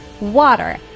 water